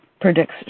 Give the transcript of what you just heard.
predicts